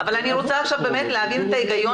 אבל אני רוצה עכשיו באמת להבין את ההגיון